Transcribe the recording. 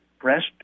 breast